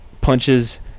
punches